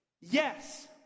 yes